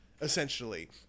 essentially